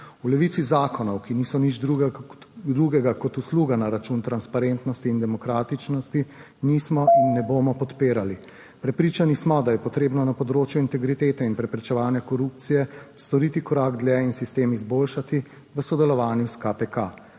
V Levici zakonov, ki niso nič drugega kot drugega kot usluga na račun transparentnosti in demokratičnosti, nismo in ne bomo podpirali. Prepričani smo, da je potrebno na področju integritete in preprečevanja korupcije storiti korak dlje in sistem izboljšati v sodelovanju s KPK.